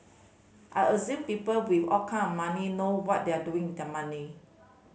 I assume people with all kind of money know what they're doing their money